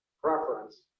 preference